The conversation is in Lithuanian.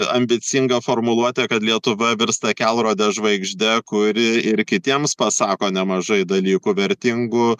ambicinga formuluotė kad lietuva virsta kelrode žvaigžde kuri ir kitiems pasako nemažai dalykų vertingų